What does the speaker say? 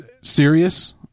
serious